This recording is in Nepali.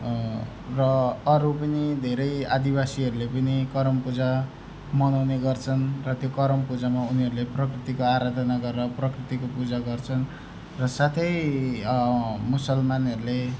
र अरू पनि धेरै आदिवासीहरूले पनि करम पूजा मनाउने गर्छन् र त्यो करम पूजामा उनीहरले प्रकृतिको आराधना गरेर प्रकृतिको पूजा गर्छन् र साथै मुसलमानहरूले